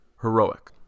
heroic